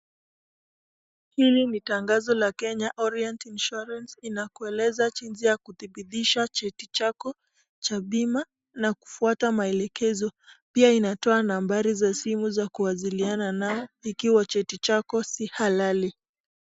Hili ni tangazo la Kenya, Orient Insurance, inakuelezaa jinsi ya kuthibitisha cheti chako cha bima na kufuata maelekezo. Pia inatoa nambari za simu za kuwasiliana nayo ikiwa cheti chako si halali.